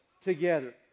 together